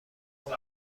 محیط